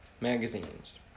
magazines